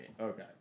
Okay